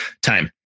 time